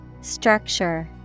Structure